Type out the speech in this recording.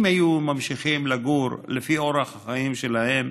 אם היו ממשיכים לגור לפי אורח החיים שלהם,